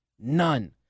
None